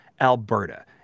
Alberta